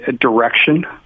direction